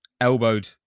elbowed